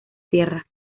tierra